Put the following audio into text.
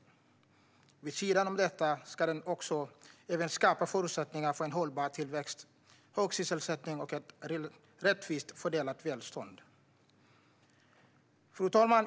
Vid sidan av detta ska den även skapa förutsättningar för en hållbar tillväxt, hög sysselsättning och ett rättvist fördelat välstånd. Fru talman!